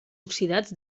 oxidats